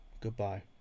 goodbye